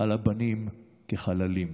על הבנים כחללים.